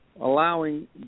allowing